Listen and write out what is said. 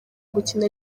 gukina